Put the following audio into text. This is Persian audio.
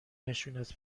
نشونت